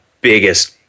biggest